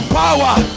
power